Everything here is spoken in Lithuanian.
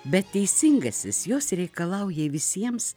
bet teisingasis jos reikalauja visiems